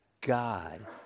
God